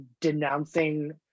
denouncing